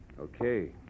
Okay